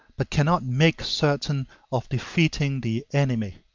but cannot make certain of defeating the enemy.